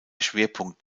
schwerpunkt